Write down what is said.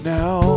now